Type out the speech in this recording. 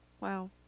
Wow